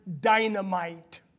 dynamite